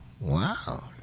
Wow